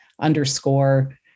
underscore